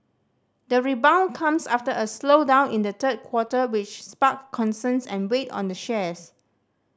the rebound comes after a slowdown in the third quarter which sparked concerns and weighed on the shares